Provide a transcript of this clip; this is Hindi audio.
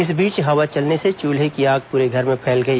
इस बीच हवा चलने से चूल्हे की आग पूरे घर में फैल गई